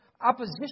opposition